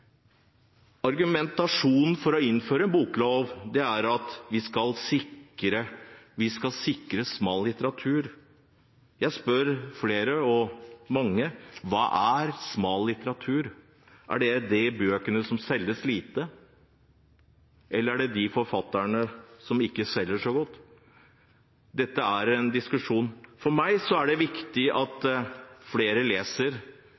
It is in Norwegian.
Argumentasjonen for å innføre en boklov er at vi skal sikre smal litteratur. Jeg spør mange: Hva er smal litteratur? Er det de bøkene som det selges lite av, eller er det de forfatterne som ikke selger så godt? Dette er en diskusjon. For meg er det viktig at flere leser,